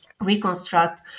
reconstruct